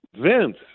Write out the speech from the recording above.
Vince